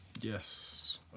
Yes